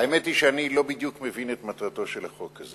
האמת היא שאני לא בדיוק מבין את מטרתו של החוק.